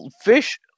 fish